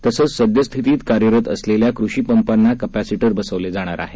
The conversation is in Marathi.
तसंच सद्यस्थितीत कार्यरत असणाऱ्या कृषीपंपाना कप्रसिंटर बसवला जाणार आहे